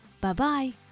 Bye-bye